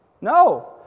no